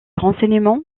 renseignements